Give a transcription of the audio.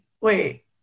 wait